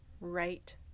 right